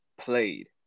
played